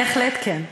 בהחלט כן.